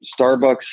Starbucks